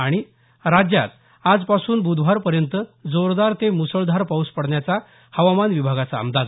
आणि स राज्यात आजपासून बुधवारपर्यंत जोरदार ते मुसळधार पाऊस पडण्याचा हवामान विभागाचा अंदाज